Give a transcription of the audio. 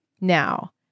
now